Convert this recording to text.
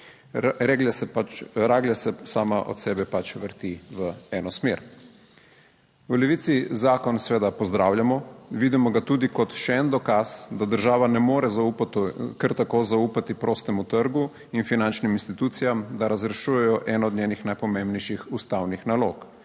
raglja se sama od sebe pač vrti v eno smer. V Levici zakon seveda pozdravljamo, vidimo ga tudi kot še en dokaz, da država ne more zaupati, kar tako zaupati prostemu trgu in finančnim institucijam, da razrešujejo eno od njenih najpomembnejših ustavnih nalog,